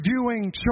viewing